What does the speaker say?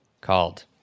called